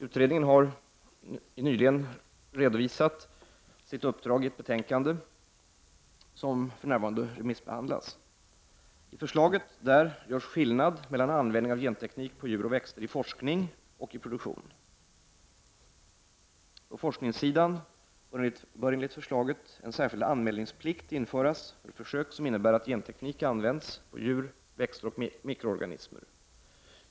Utredningen har nyligen redovisat sitt uppdrag i ett betänkande som för närvarande remissbehandlas. I förslaget görs skillnad mellan användning av genteknik på djur och växter i forskning och i produktion. På forskningssidan bör enligt förslaget en särskild anmälningsplikt införas för försök som innebär att genteknik används på djur, växter och mikroorganismer.